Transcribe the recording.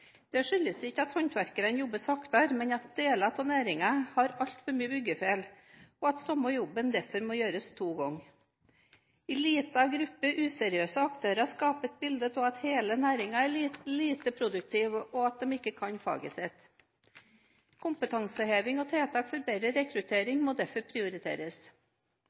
Dette skyldes ikke at håndverkerne jobber saktere, men at deler av næringen har altfor mange byggefeil, og at samme jobben derfor må gjøres to ganger. En liten gruppe useriøse aktører skaper et bilde av at hele næringen er lite produktiv og ikke kan faget sitt. Kompetanseheving og tiltak for bedre rekruttering må derfor prioriteres.